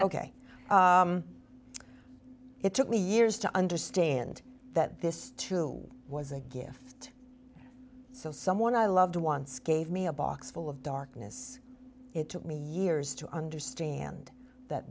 ok it took me years to understand that this too was a gift so someone i loved once gave me a box full of darkness it took me years to understand that